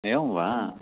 एवं वा